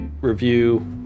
review